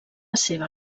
seva